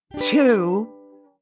two